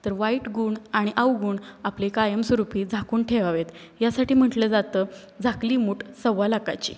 तर वाईट गुण आणि अवगुण आपले कायमस्वरूपी झाकून ठेवावेत यासाठी म्हटलं जातं झाकली मूठ सव्वा लाखाची